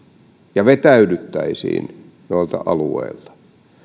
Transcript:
ja vetäydyttäisiin noilta alueilta